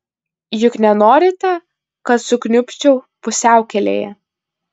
juk nenorite kad sukniubčiau pusiaukelėje